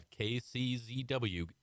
KCZW